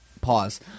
Pause